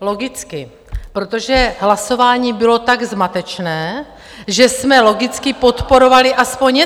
Logicky, protože hlasování bylo tak zmatečné, že jsme logicky podporovali aspoň něco!